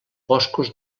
boscos